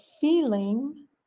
feeling